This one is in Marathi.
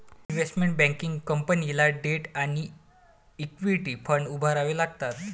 इन्व्हेस्टमेंट बँकिंग कंपनीला डेट आणि इक्विटी फंड उभारावे लागतात